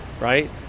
right